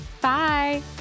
Bye